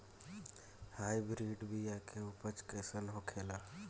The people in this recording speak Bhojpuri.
हाइब्रिड बीया के उपज कैसन होखे ला?